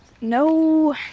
No